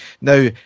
now